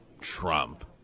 Trump